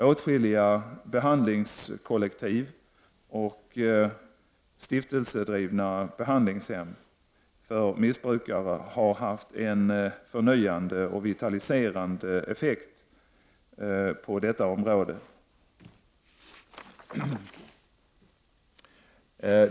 Åtskilliga behandlingskollektiv och stiftelsedrivna behandlingshem för missbrukare har haft en förnyande och vitaliserande effekt på detta vårdområde.